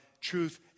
truth